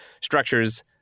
structures